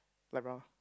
light brown